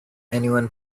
anyone